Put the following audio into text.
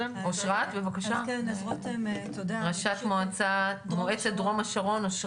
אושרת, בבקשה, ראשת מועצת דרום השרון.